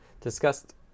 Discussed